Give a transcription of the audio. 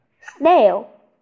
Snail